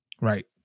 Right